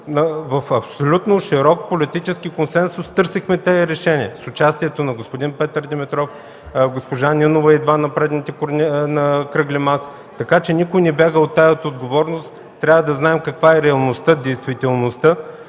в абсолютно широк политически консенсус търсихме тези решения, с участието на господин Петър Димитров, госпожа Нинова идва на предните кръгли маси, така че никой не бяга от тази отговорност. Трябва да знаем каква е реалността, действителността